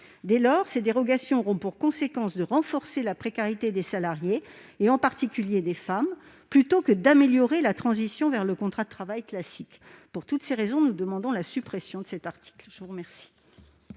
Dès lors, ces dérogations auront pour conséquence de renforcer la précarité des salariés, et en particulier des femmes, plutôt que de faciliter la transition vers un contrat de travail classique. Pour toutes ces raisons, nous demandons la suppression de cet article. Quel